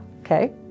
okay